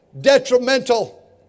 detrimental